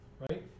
right